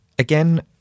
Again